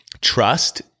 trust